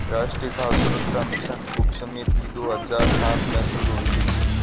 राष्ट्रीय खाद्य सुरक्षा मिशन उपसमिति दो हजार सात में शुरू हुई थी